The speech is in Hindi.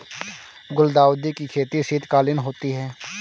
गुलदाउदी की खेती शीतकालीन होती है